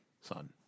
son